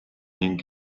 ning